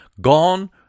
gone